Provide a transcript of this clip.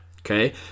okay